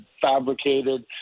fabricated